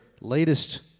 latest